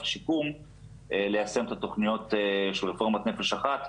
השיקום ליישם את התוכניות של רפורמת "נפש אחת",